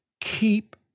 keep